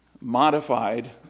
modified